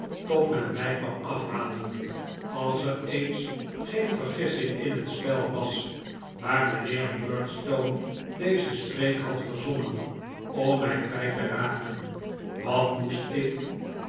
tot men mij kwam afhalen als er eens geen vergissing in het spel was maar mijnheer murdstone dezen streek had verzonnen om mij kwijt te raken wat moest ik